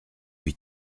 lui